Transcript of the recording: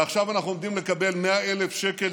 ועכשיו אנחנו עומדים לקבל תמריץ של 100,000 שקל.